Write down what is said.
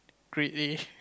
grade A